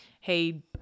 hey